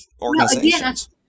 organizations